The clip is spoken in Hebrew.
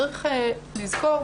צריך לזכור,